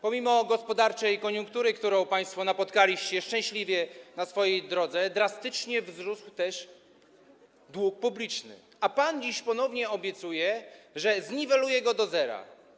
Pomimo gospodarczej koniunktury, którą państwo napotkaliście szczęśliwie na swojej drodze, drastycznie wzrósł też dług publiczny, a pan dziś ponownie obiecuje, że zniweluje go do zera.